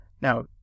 Now